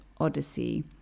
Odyssey